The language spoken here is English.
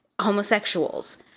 homosexuals